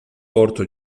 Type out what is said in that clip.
porto